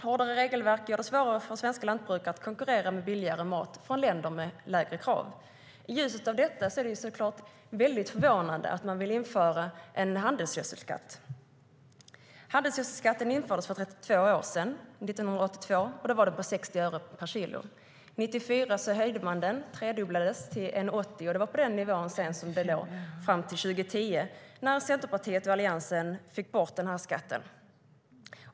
Hårdare regelverk gör det svårare för svenska lantbrukare att konkurrera med billigare mat från länder med lägre krav. I ljuset av det är det såklart förvånande att man vill införa en handelsgödselskatt. Handelsgödselskatten infördes för 32 år sedan, 1982, och var då 60 öre per kilo. 1994 tredubblades skatten till 1,80 kr, och på den nivån låg den sedan till 2010 då Centerpartiet och Alliansen fick bort den.